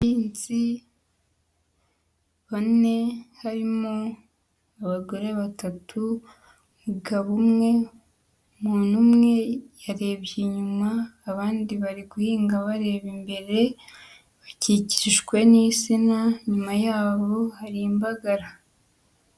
Abahinzi bane harimo abagore batatu, umugabo umwe, umuntu umwe yarebye inyuma abandi bari guhinga bareba imbere, bakikijwe n'insina inyuma yabo hari imbagara.